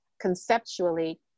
conceptually